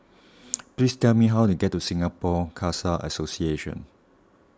please tell me how to get to Singapore Khalsa Association